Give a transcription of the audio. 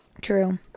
true